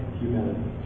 humility